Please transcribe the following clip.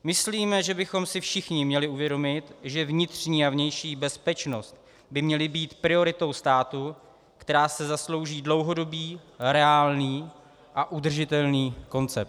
Myslíme, že bychom si všichni měli uvědomit, že vnitřní a vnější bezpečnost by měly být prioritou státu, která si zaslouží dlouhodobý, reálný a udržitelný koncept.